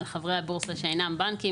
על חברי הבורסה שאינם בנקים,